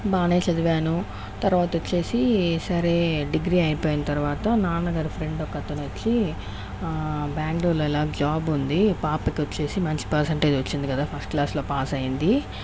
బాగానే చదివాను తర్వాత వచ్చేసి సరే డిగ్రీ అయిపోయిన తర్వాత నాన్న గారి ఫ్రెండ్ ఒక అతను వచ్చి బెంగళూరులో ఇలాగా జాబ్ ఉంది పాపకి వచ్చేసి మంచి పర్సంటేజ్ వచ్చింది కదా ఫస్ట్ క్లాస్లో పాస్ అయింది